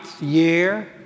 year